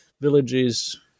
villages